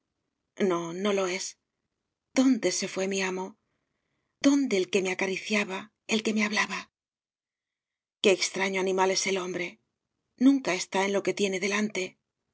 no no lo es dónde se fué mi amo dónde el que me acariciaba el que me hablaba qué extraño animal es el hombre nunca está en lo que tiene delante